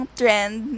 trend